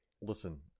listen